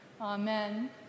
Amen